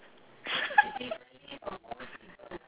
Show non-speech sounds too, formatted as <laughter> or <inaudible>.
<laughs>